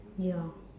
ya